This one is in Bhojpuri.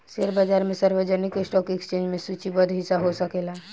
शेयर बाजार में सार्वजनिक स्टॉक एक्सचेंज में सूचीबद्ध हिस्सा हो सकेला